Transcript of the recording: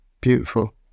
beautiful